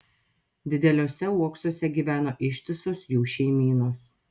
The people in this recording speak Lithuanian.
dideliuose uoksuose gyveno ištisos jų šeimynos